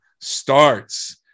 starts